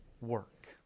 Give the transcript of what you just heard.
work